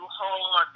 hold